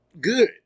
good